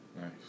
Nice